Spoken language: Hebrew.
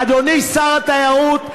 אדוני שר התיירות,